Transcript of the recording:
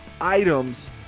items